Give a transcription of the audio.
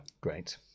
Great